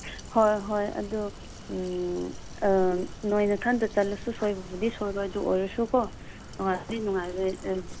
ꯍꯣꯏ ꯍꯣꯏ ꯑꯗꯨ ꯅꯣꯏꯅ ꯅꯊꯟꯗ ꯆꯠꯂꯒꯁꯨ ꯁꯣꯏꯕꯕꯨꯗꯤ ꯁꯣꯏꯔꯣꯏ ꯑꯗꯨ ꯑꯣꯏꯔꯁꯨꯀꯣ ꯅꯨꯡꯉꯥꯏꯕꯕꯨꯗꯤ ꯅꯨꯡꯉꯥꯏꯕꯅꯦ